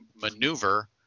maneuver